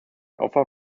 offer